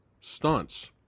stunts